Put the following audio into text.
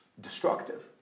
destructive